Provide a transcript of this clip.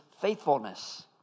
faithfulness